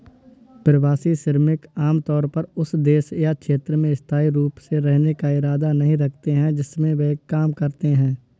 प्रवासी श्रमिक आमतौर पर उस देश या क्षेत्र में स्थायी रूप से रहने का इरादा नहीं रखते हैं जिसमें वे काम करते हैं